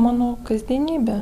mano kasdienybė